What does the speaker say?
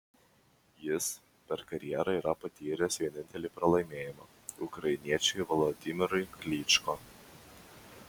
jis per karjerą yra patyręs vienintelį pralaimėjimą ukrainiečiui volodymyrui klyčko